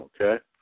okay